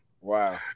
Wow